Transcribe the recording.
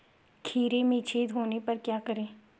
खीरे में छेद होने पर क्या करें?